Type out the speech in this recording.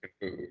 food